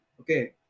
okay